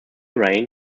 rain